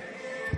הסתייגות 3 לא